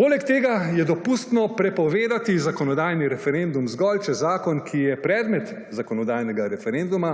Poleg tega je dopustno prepovedati zakonodajni referendum zgolj če zakon, ki je predmet zakonodajnega referenduma,